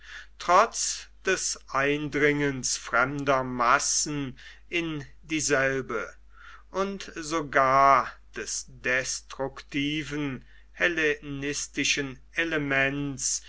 trotz des eindringens fremder massen in dieselbe und sogar des destruktiven hellenistischen elements